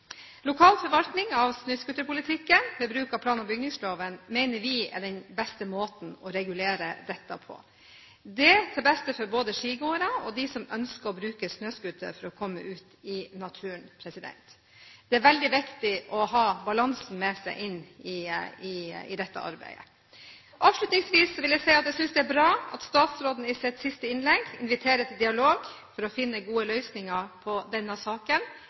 Lokal forvaltning av snøscooterpolitikken ved bruk av plan- og bygningsloven mener vi er den beste måten å regulere dette på, til beste både for skigåere og for dem som ønsker å bruke snøscooter for å komme ut i naturen. Det er veldig viktig å ha balansen med seg inn i dette arbeidet. Avslutningsvis vil jeg si at jeg synes det er bra at statsråden i sitt siste innlegg inviterer til dialog for å finne gode løsninger på denne saken.